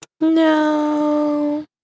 No